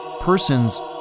persons